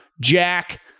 Jack